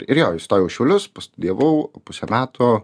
ir jo įstojau į šiaulius pastudijavau pusę metų